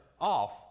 off